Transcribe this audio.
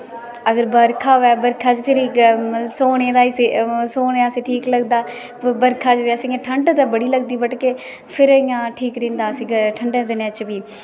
अगर बर्खा होऐ ते बर्खा च फिर इये मतलब सौने आस्ते ठीक लगदा बर्खा च बी अस इयां ठंड ते बड़ी लगदी बट फिर इयां ठीक रैंहदा आसेगी ठंडे दे दिने च बी